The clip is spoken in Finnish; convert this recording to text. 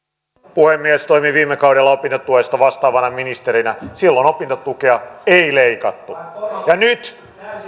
puhemies toimin viime kaudella opintotuesta vastaavana ministerinä silloin opintotukea ei leikattu ja nyt